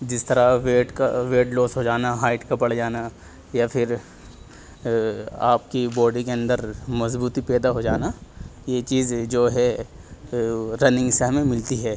جس طرح ویٹ کا ویٹ لوس ہو جانا ہائٹ کا بڑھ جانا یا پھر آپ کی باڈی کے اندر مضبوطی پیدا ہو جانا یہ چیز جو ہے رننگ سے ہمیں ملتی ہے